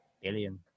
billion